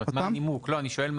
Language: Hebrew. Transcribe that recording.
הנימוק?